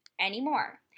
anymore